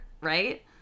right